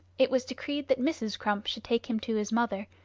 it was decreed that mrs. crump should take him to his mother,